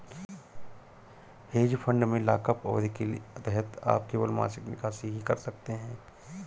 hedge fund में lockup अवधि के तहत आप केवल मासिक निकासी ही कर सकते हैं